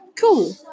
Cool